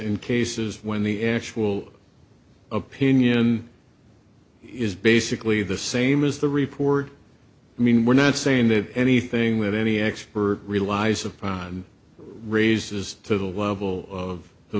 in cases when the actual opinion is basically the same as the report i mean we're not saying that anything with any expert relies upon raises to the level of the